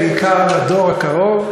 בעיקר הדור הקרוב,